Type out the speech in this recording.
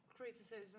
Criticism